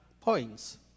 points